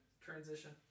Transition